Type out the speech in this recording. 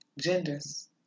genders